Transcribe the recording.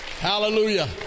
Hallelujah